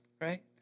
right